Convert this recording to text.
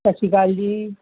ਸਤਿ ਸ਼੍ਰੀ ਅਕਾਲ ਜੀ